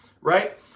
right